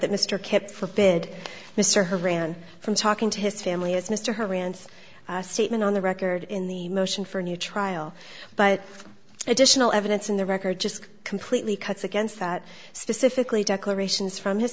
that mr kipp forbid mr her ran from talking to his family as mr her rance statement on the record in the motion for a new trial but additional evidence in the record just completely cuts against that specifically declarations from his